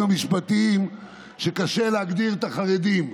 המשפטיים הוא שקשה להגדיר את החרדים.